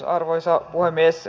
arvoisa puhemies